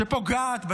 שפוגעת בסביבה,